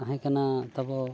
ᱛᱟᱦᱮᱸ ᱠᱟᱱᱟᱛᱟᱵᱚ